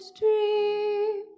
dream